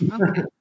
Okay